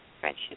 Friendship